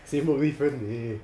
same work with friends is it